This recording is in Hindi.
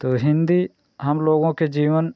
तो हिन्दी हम लोगों के जीवन